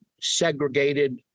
segregated